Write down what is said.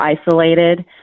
isolated